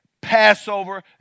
Passover